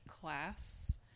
class